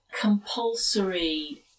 compulsory